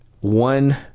one